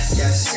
yes